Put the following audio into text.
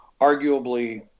arguably